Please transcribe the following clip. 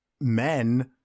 men